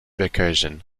recursion